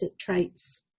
traits